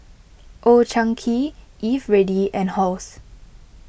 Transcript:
Old Chang Kee Eveready and Halls